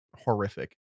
horrific